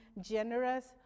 generous